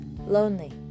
lonely